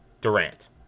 Durant